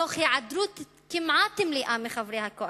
תוך היעדרות כמעט מלאה של חברי הקואליציה.